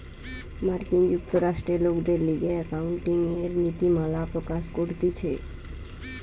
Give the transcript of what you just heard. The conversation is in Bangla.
মার্কিন যুক্তরাষ্ট্রে লোকদের লিগে একাউন্টিংএর নীতিমালা প্রকাশ করতিছে